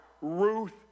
Ruth